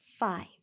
Five